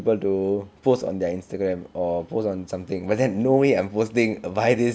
people to post on their Instagram or post on something but there's no way I'm posting a virus